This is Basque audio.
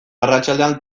arratsaldean